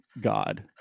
god